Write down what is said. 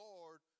Lord